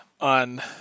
on